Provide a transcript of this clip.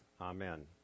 Amen